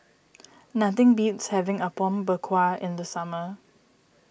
nothing beats having Apom Berkuah in the summer